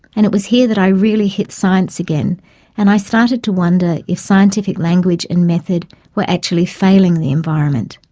and it was here that i really hit science again and i started to wonder if scientific language and method were actually failing the environment.